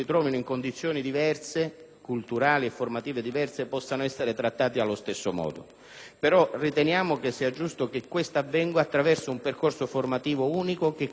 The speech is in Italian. culturali e formative diverse possano essere trattati allo stesso modo, però riteniamo che sia giusto che questo avvenga attraverso un percorso formativo unico in modo da creare le condizioni per un'integrazione